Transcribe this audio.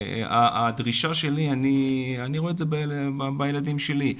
והדרישה שלי, אני רואה את זה מהילדים שלי,